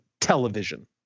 television